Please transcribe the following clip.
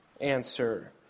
answer